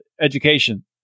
education